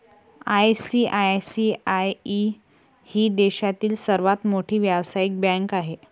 ICICI ही देशातील सर्वात मोठी व्यावसायिक बँक आहे